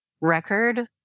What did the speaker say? record